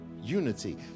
unity